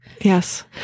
Yes